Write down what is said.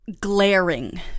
glaring